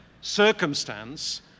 circumstance